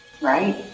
right